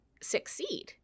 succeed